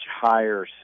higher